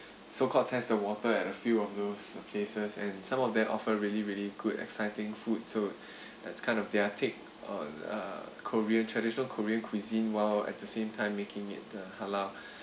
so called test the water at a few of those places and some of their offer really really good exciting food too that's kind of their take on uh korean traditional korean cuisine while at the same time making it uh halal